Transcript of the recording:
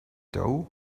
doe